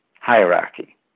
hierarchy